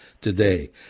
today